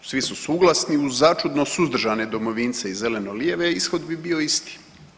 Svi su suglasni uz začudno suzdržane domovince i zeleno-lijeve ishod bi bio isti.